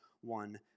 one